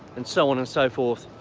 and so on and so forth.